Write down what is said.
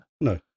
No